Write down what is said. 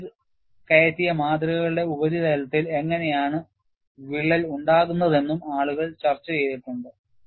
fatigue കയറ്റിയ മാതൃകകളുടെ ഉപരിതലത്തിൽ എങ്ങനെയാണ് വിള്ളലുകൾ ഉണ്ടാകുന്നത് എന്നും ആളുകൾ ചർച്ച ചെയ്തിട്ടുണ്ട്